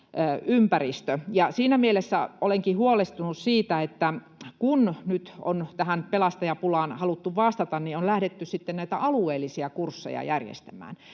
Siinä mielessä olenkin huolestunut siitä, että kun nyt on tähän pelastajapulaan haluttu vastata, niin on lähdetty sitten näitä alueellisia kursseja järjestämään,